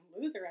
loser